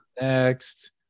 next